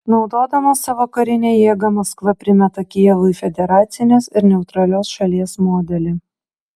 naudodama savo karinę jėgą maskva primeta kijevui federacinės ir neutralios šalies modelį